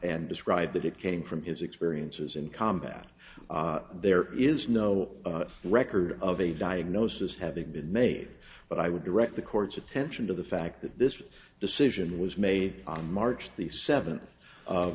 and described that it came from his experiences in combat there is no record of a diagnosis having been made but i would direct the court's attention to the fact that this decision was made on march the seventh of